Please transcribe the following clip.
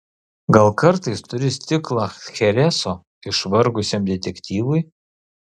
gal kartais turi stiklą chereso išvargusiam detektyvui